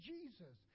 Jesus